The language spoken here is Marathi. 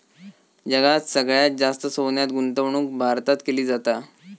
जगात सगळ्यात जास्त सोन्यात गुंतवणूक भारतात केली जाता